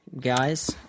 guys